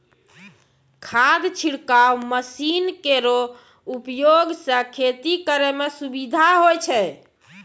खाद छिड़काव मसीन केरो उपयोग सँ खेती करै म सुबिधा होय छै